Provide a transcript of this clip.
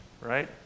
right